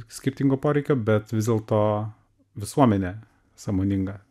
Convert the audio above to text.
skirtingo poreikio bet vis dėlto visuomenė sąmoninga